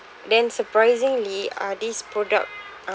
then surprisingly uh this product uh